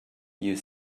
you